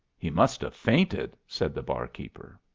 he must have fainted! said the barkeeper.